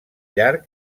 llarg